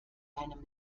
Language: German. einem